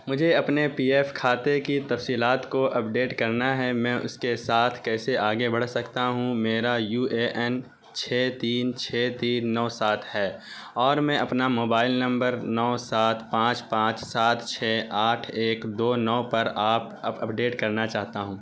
مجھے اپنے P F کھاتے کی تفصیلات کو اپڈیٹ کرنا ہے میں اس کے ساتھ کیسے آگے بڑھ سکتا ہوں میرا یو اے این چھ تین چھ تین نو سات ہے اور میں اپنا موبائل نمبر نو سات پانچ پانچ سات چھ آٹھ ایک دو نو پر آپ اپڈیٹ کرنا چاہتا ہوں